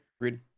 agreed